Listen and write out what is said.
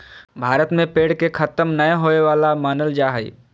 भारत में पेड़ के खतम नय होवे वाला मानल जा हइ